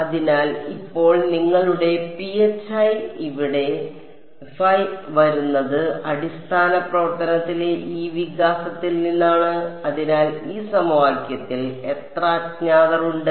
അതിനാൽ ഇപ്പോൾ നിങ്ങളുടെ phi ഇവിടെ വരുന്നത് അടിസ്ഥാന പ്രവർത്തനത്തിലെ ഈ വികാസത്തിൽ നിന്നാണ് അതിനാൽ ഈ സമവാക്യത്തിൽ എത്ര അജ്ഞാതർ ഉണ്ട്